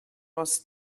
was